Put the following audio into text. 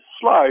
slow